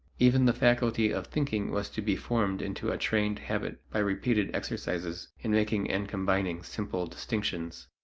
even the faculty of thinking was to be formed into a trained habit by repeated exercises in making and combining simple distinctions,